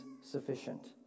sufficient